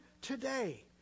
today